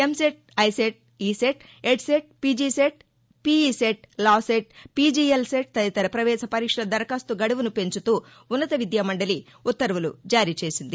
EAMCET ICET ECET EdCET PGECET PECET LAWCET PGLCET తదితర పవేశ పరీక్షల దరఖాస్తు గడువును పెంచుతూ ఉన్నత విద్యామండలి ఉత్తర్వులు జారీ చేసింది